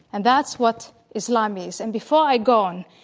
and that's what islam is. and before i go on,